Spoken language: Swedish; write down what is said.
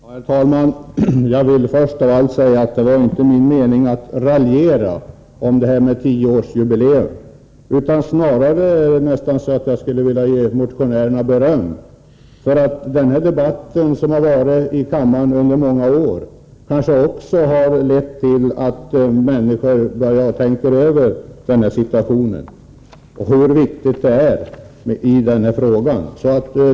Herr talman! Jag vill först av allt säga att det inte var min mening att raljera om detta med tioårsjubileum. Jag skulle snarare vilja ge motionärerna beröm. Denna debatt, som har förts i kammaren under många år, kanske har lett till att människor börjar tänka över denna situation och på hur viktig frågan är.